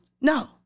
No